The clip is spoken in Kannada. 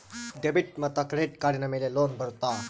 ಡೆಬಿಟ್ ಮತ್ತು ಕ್ರೆಡಿಟ್ ಕಾರ್ಡಿನ ಮೇಲೆ ಲೋನ್ ಬರುತ್ತಾ?